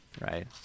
right